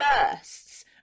bursts